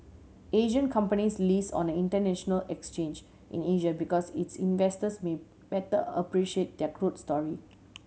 Asian companies list on an international exchange in Asia because its investors may better appreciate their growth story